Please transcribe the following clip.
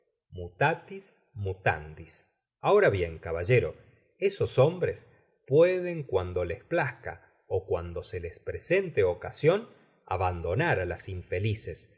mutatis fnutandis ahora bien caballero esos hombres pueden cuando les plazca ó cuando se les presente ocasion abandonar á las infelices